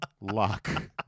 luck